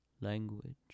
language